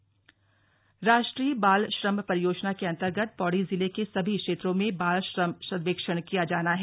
बाल श्रम सर्वेक्षण राष्ट्रीय बाल श्रम परियोजना के अन्तर्गत पौड़ी जिले के सभी क्षेत्रों में बाल श्रम सर्वेक्षण किया जाना है